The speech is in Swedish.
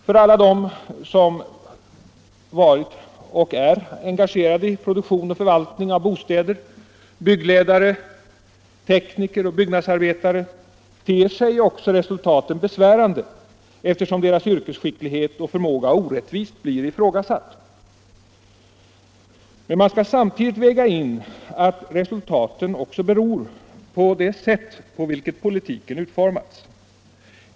För alla dem som har varit och är engagerade i produktion och förvaltning av bostäder, t.ex. byggledare, tekniker och byggnadsarbetare, ter sig också resultaten besvärande, eftersom deras yrkesskicklighet och förmåga orättvist blir ifrågasatt. Men man skall samtidigt väga in att resultaten också beror på det sätt på vilket politiken har utformats.